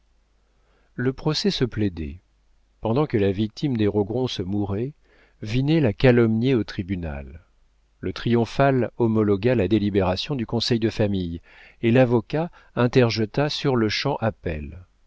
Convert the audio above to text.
le procès se plaidait pendant que la victime des rogron se mourait vinet la calomniait au tribunal le tribunal homologua la délibération du conseil de famille et l'avocat interjeta sur-le-champ appel